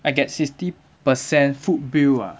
I get sixty percent food bill ah